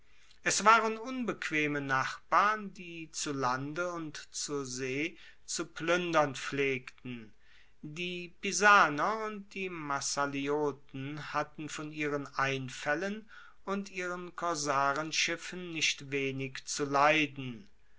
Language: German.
es waren unbequeme nachbarn die zu lande und zur see zu pluendern pflegten die pisaner und die massalioten hatten von ihren einfaellen und ihren korsarenschiffen nicht wenig zu leiden